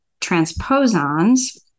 transposons